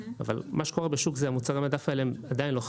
אבל מה שקורה בשוק הוא שמוצרי המדף האלה עדיין לא חדרו.